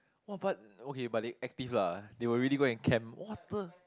!wah! but okay but they active lah they will really go and camp what the